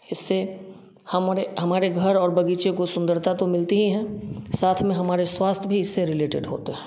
इससे हमारे हमारे घर और बगीचे को सुंदरता तो मिलती हीं है साथ में हमारे स्वास्थ्य भी इससे रिलेटेड होते है